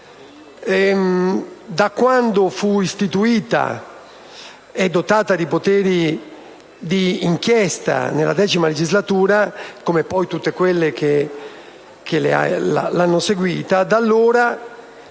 Commissione fu istituita e dotata di poteri di inchiesta, nella X legislatura, come poi tutte quelle che l'hanno seguita, le diverse